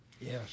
Yes